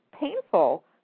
painful